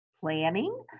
planning